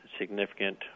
significant